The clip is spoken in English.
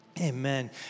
Amen